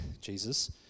Jesus